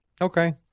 Okay